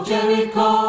Jericho